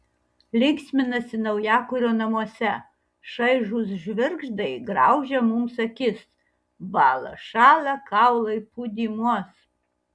linksminasi naujakurio namuose šaižūs žvirgždai graužia mums akis bąla šąla kaulai pūdymuos